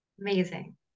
Amazing